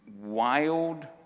wild